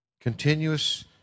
continuous